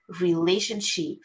relationship